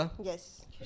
Yes